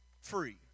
free